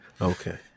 Okay